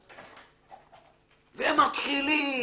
והם מתחילים,